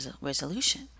resolution